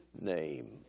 name